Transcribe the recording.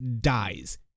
dies